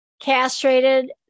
castrated